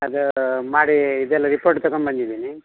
ಅದು ಮಾಡಿ ಇದೆಲ್ಲ ರಿಪೋರ್ಟ್ ತಗೊಂಡ್ಬದ್ದಿದ್ದೀನಿ